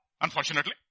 Unfortunately